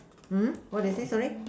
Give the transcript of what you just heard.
what did you say sorry